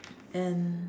and